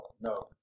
No